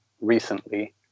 recently